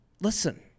listen